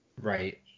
right